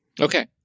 Okay